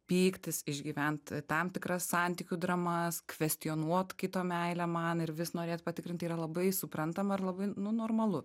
pyktis išgyvent tam tikras santykių dramas kvestionuot kito meilę man ir vis norėt patikrint yra labai suprantama ir labai nu normalu